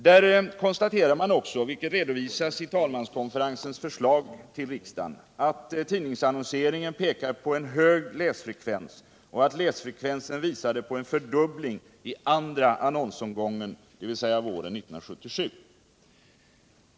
Därvid konstaterade man — vilket redovisas i talmanskonferensens förslag till riksdagen — att tidningsannonseringen pekar på en hög läsfrekvens och att läsfrekvensen utvisade en fördubbling vid andra annonsomgången, dvs. våren 1977.